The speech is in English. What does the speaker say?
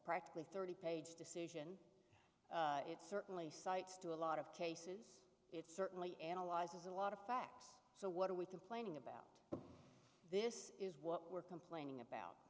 practically thirty page to suit it certainly cites to a lot of cases it's certainly analyzes a lot of facts so what are we complaining about this is what we're complaining about